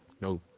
no